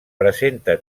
presenta